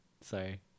Sorry